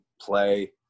play